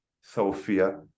Sophia